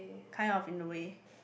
kind of in the way